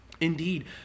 Indeed